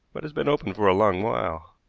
but has been open for a long while.